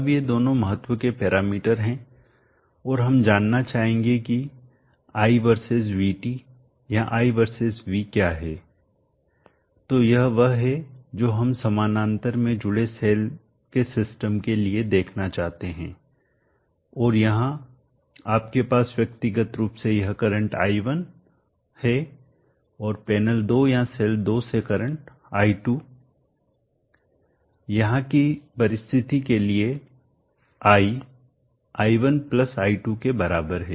अब ये दोनों महत्व के पैरामीटर हैं और हम जानना चाहेंगे कि i वर्सेस VT या i वर्सेस V क्या है तो यह वह है जो हम समानांतर में जुड़े सेल के सिस्टम के लिए देखना चाहते हैं और यहां आपके पास व्यक्तिगत रूप से यह करंट i1 है और पैनल 2 या सेल 2 से करंट i2 यहां की परिस्थिति के लिए i i1 i2 के बराबर हैं